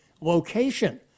location